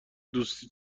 دوستی